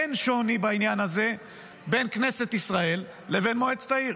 אין שוני בעניין הזה בין כנסת ישראל לבין מועצת העיר.